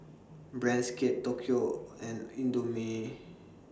Brand's Kate Tokyo and Indomie